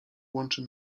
łączy